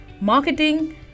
marketing